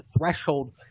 threshold